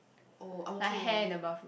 oh I'm okay